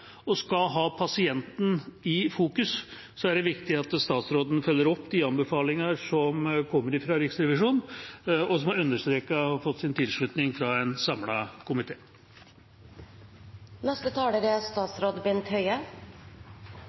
og skal ha pasienten i fokus, er det viktig at statsråden følger opp de anbefalinger som kommer fra Riksrevisjonen, og som er understreket og har fått sin tilslutning fra en